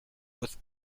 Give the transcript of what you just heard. with